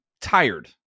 tired